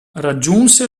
raggiunse